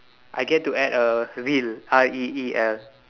I get to add a reel R E E L